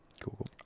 cool